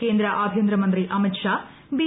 കേന്ദ്ര ആഭ്യന്തര മന്ത്രി അമിത് ഷാ ബി